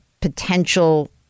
potential